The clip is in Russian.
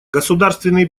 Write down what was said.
государственные